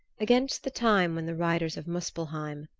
against the time when the riders of muspelheim,